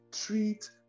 treat